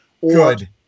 Good